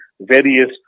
various